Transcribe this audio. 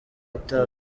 itabi